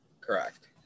Correct